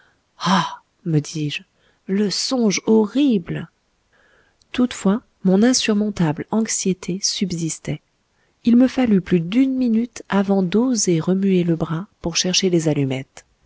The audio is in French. me dis-je le songe horrible toutefois mon insurmontable anxiété subsistait il me fallut plus d'une minute avant d'oser remuer le bras pour chercher les allumettes